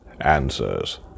Answers